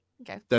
Okay